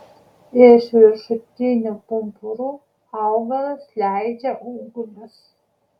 iš viršutinių pumpurų augalas leidžia ūglius